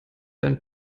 ein